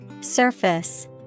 Surface